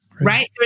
right